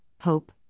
hope